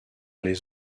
les